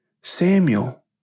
Samuel